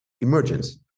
emergence